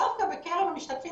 דווקא בקרב המשתתפים